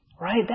Right